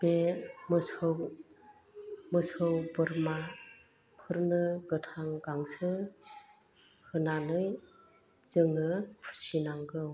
बे मोसौ मोसौ बोरमाफोरनो गोथां गांसो होनानै जोङो फिसिनांगौ